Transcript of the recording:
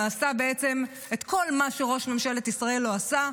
ועשה בעצם את כל מה שראש ממשלת ישראל לא עשה.